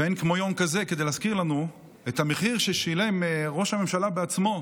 ואין כמו יום כזה כדי להזכיר לנו את המחיר ששילם ראש הממשלה בעצמו,